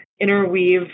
interweave